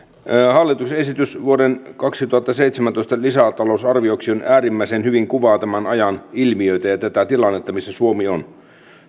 hallituksen esitys vuoden kaksituhattaseitsemäntoista lisätalousarvioksi äärimmäisen hyvin kuvaa tämän ajan ilmiöitä ja tätä tilannetta missä suomi on